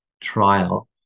trial